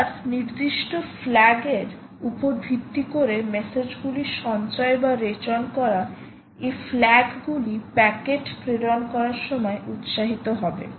আবার নির্দিষ্ট ফ্ল্যাগ এর উপর ভিত্তি করে মেসেজগুলি সঞ্চয় বা রেচন করা এই ফ্ল্যাগ গুলি প্যাকেট প্রেরণ করার সময় উৎসাহিত হবে